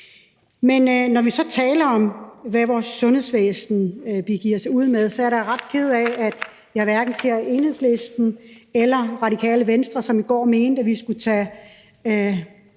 Men når vi så taler om, hvad vores sundhedsvæsen begiver sig ud i, så er jeg da ret ked af, at jeg hverken ser Enhedslisten eller Radikale Venstre, som i går mente, at vi skulle tage